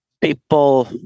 people